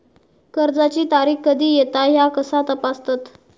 कर्जाची तारीख कधी येता ह्या कसा तपासतत?